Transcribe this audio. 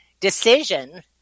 decision